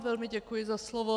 Velmi vám děkuji za slovo.